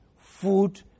food